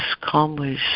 calmly